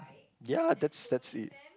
ya that's that's it